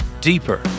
deeper